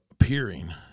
appearing